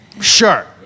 Sure